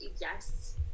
yes